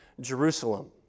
Jerusalem